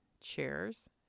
chairs